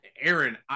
Aaron